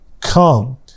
come